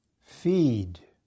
feed